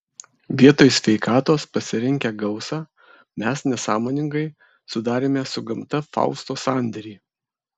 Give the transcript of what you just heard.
vietoj sveikatos pasirinkę gausą mes nesąmoningai sudarėme su gamta fausto sandėrį